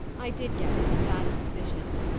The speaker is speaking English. i did get it, and that is sufficient.